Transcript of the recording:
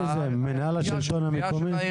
מרכז השלטון המקומי?